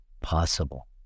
possible